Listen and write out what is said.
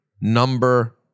number